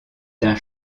d’un